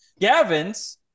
Gavin's